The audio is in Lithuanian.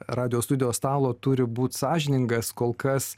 radijo studijos stalo turi būt sąžiningas kol kas